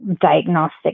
diagnostic